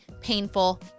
painful